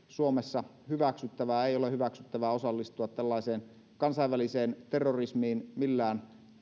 suomessa hyväksyttävää ei ole hyväksyttävää osallistua tällaiseen kansainväliseen terrorismiin millään